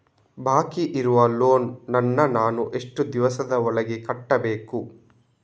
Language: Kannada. ಬಾಕಿ ಇರುವ ಲೋನ್ ನನ್ನ ನಾನು ಎಷ್ಟು ದಿವಸದ ಒಳಗೆ ಕಟ್ಟಬೇಕು?